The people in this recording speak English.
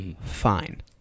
fine